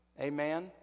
Amen